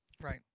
Right